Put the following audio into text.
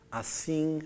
assim